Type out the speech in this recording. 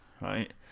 right